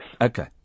Okay